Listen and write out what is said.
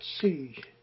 see